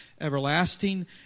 everlasting